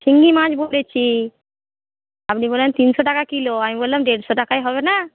শিঙ্গি মাছ বলেছি আপনি বললেন তিনশো টাকা কিলো আমি বললাম দেড়শো টাকায় হবে না